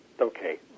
Okay